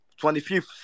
25th